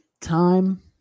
time